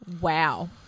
Wow